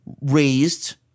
raised